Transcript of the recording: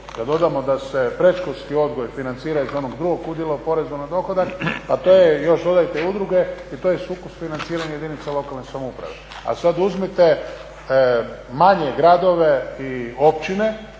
kad dodamo da se predškolski odgoj financira iz onog drugog udjela u porezu na dohodak pa to je još dodajte udruge i to je sukus financiranja jedinica lokalne samouprave. A sad uzmite manje gradove i općine